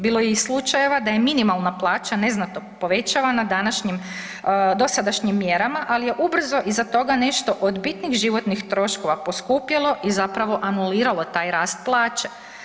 Bilo je i slučajeva da je minimalna plaća neznatno povećavana današnjim, dosadašnjim mjerama ali je ubrzo iza toga nešto od bitnih životnih troškova poskupjelo i zapravo anuliralo taj rast plaće.